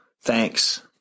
Thanks